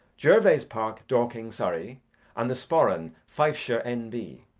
gervase park, dorking, surrey and the sporran, fifeshire, n b.